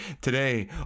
today